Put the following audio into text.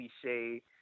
cliche